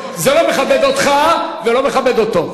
זה לא מכבד אותך ולא מכבד אותו.